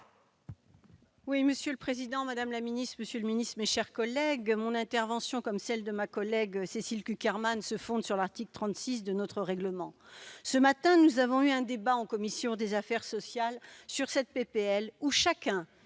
Monsieur le président, madame la ministre, monsieur le secrétaire d'État, mes chers collègues, mon intervention, comme celle de ma collègue Cécile Cukierman, se fonde sur l'article 36 du règlement. Ce matin, nous avons eu un débat, en commission des affaires sociales, sur cette proposition